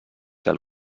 del